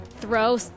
throw